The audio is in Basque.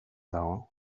dago